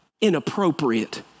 inappropriate